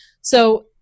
So-